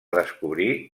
descobrir